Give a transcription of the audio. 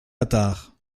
attard